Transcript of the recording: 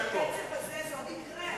בקצב הזה זה עוד יקרה.